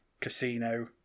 casino